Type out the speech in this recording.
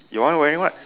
your one wearing what